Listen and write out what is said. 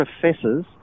professors